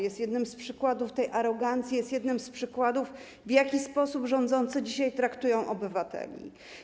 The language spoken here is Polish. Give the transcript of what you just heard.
Jest jednym z przykładów tej arogancji, jest jednym z przykładów, w jaki sposób rządzący dzisiaj traktują obywateli.